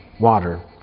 water